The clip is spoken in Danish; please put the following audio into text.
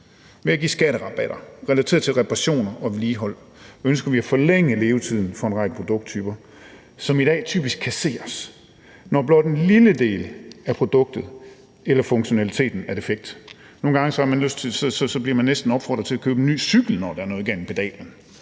Ved at give skatterabatter relateret til reparationer og vedligehold ønsker vi at forlænge levetiden for en række produkttyper, som i dag typisk kasseres, når blot en lille del af produktet eller funktionaliteten er defekt. Nogle gange bliver man næsten opfordret til at købe en ny cykel, blot der er noget galt med pedalen.